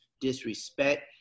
disrespect